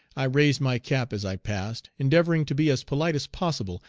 i raised my cap as i passed, endeavoring to be as polite as possible,